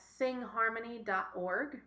singharmony.org